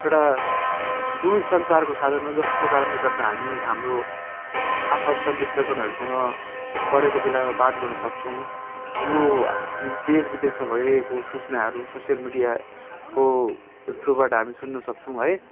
एउटा दुर सञ्चारको साधन हो जसको कारणले गर्दा हामी हाम्रो आफन्त मित्रगणहरूसँग परेको बेला बात गर्न सक्छौँ यो देश विदेशमा भइरहेको सूचनाहरू सोसियल मिडियाको थ्रुबाट हामी सुन्न सक्छौँ है